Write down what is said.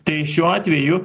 tai šiuo atveju